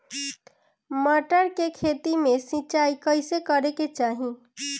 मटर के खेती मे सिचाई कइसे करे के चाही?